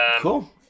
Cool